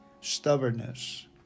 stubbornness